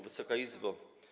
Wysoka Izbo!